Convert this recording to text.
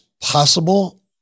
possible